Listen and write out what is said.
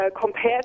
compared